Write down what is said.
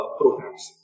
programs